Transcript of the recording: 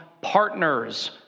partners